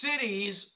cities